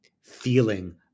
feeling